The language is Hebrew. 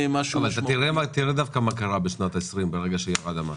תראה מה קרה ב-2020, ברגע שירד המס.